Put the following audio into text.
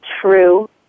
true